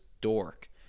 dork